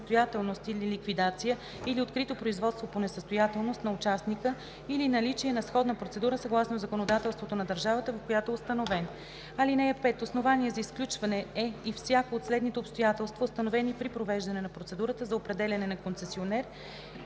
несъстоятелност или ликвидация, или открито производство по несъстоятелност на участника, или наличие на сходна процедура съгласно законодателството на държавата, в която е установен. (5) Основание за изключване е и всяко от следните обстоятелства, установено при провеждане на процедурата за определяне на концесионер